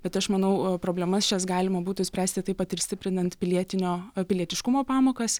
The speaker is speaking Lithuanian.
bet aš manau problemas šias galima būtų išspręsti taip pat ir stiprinant pilietinio pilietiškumo pamokas